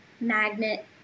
magnet